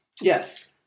Yes